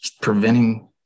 Preventing